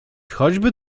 choćby